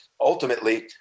ultimately